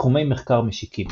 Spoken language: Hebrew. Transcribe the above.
תחומי מחקר משיקים